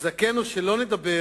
וזכנו שלא לדבר